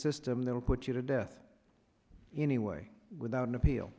system they will put you to death anyway without an appeal